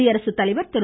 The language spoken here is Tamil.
குடியரசுத்தலைவர் திரு